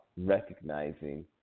recognizing